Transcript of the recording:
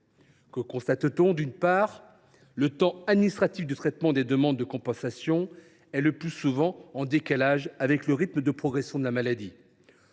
Que constate t on ? D’une part, le temps administratif de traitement des demandes de compensation est, le plus souvent, en décalage avec le rythme de progression de la maladie.